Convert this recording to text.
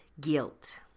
guilt